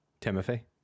Timothy